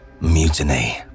Mutiny